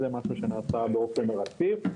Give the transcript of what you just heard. זה משהו שנעשה באופן רציף.